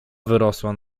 wyrosła